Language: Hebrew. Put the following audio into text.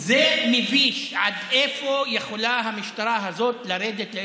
זה מביש עד איפה יכולה המשטרה הזאת לרדת,